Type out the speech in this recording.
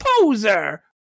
poser